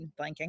blanking